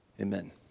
Amen